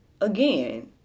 again